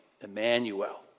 Emmanuel